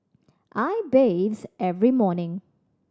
I bathe every morning